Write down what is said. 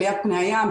עליית פני הים,